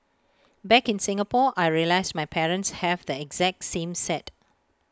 back in Singapore I realised my parents have the exact same set